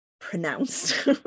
pronounced